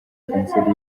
kanseri